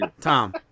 Tom